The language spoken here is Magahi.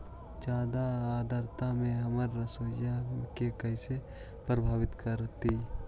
जादा आद्रता में हमर सरसोईय के कैसे प्रभावित करतई?